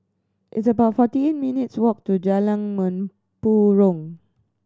it's about forty eight minutes' walk to Jalan Mempurong